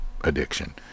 addiction